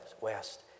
west